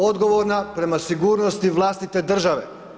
Odgovorna prema sigurnosti vlastite države.